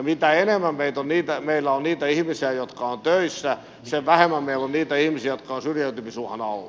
mitä enemmän meillä on niitä ihmisiä jotka ovat töissä sen vähemmän meillä on niitä jotka ovat syrjäytymisuhan alla